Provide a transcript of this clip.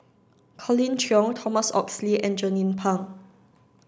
Colin Cheong Thomas Oxley and Jernnine Pang